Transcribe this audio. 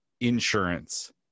insurance